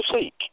seek